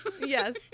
Yes